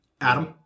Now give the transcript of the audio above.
Adam